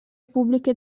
pubbliche